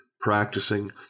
practicing